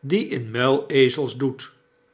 die in muilezels doet